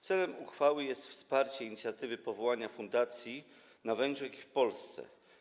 Celem uchwały jest wsparcie inicjatywy powołania fundacji na Węgrzech i w Polsce.